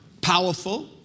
powerful